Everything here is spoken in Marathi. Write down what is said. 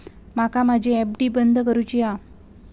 माका माझी एफ.डी बंद करुची आसा